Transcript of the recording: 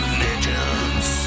legends